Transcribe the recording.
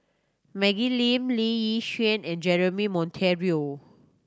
Maggie Lim Lee Yi and Jeremy Monteiro